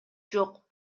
жок